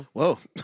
Whoa